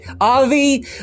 Avi